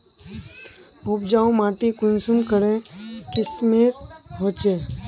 उपजाऊ माटी कुंसम करे किस्मेर होचए?